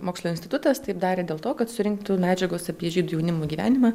mokslo institutas taip darė dėl to kad surinktų medžiagos apie žydų jaunimo gyvenimą